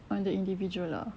on the individual lah